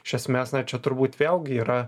iš esmės na čia turbūt vėlgi yra